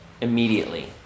immediately